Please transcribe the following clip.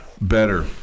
better